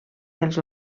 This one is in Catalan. els